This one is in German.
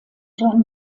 john